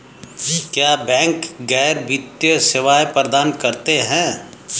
क्या बैंक गैर वित्तीय सेवाएं प्रदान करते हैं?